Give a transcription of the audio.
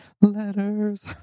Letters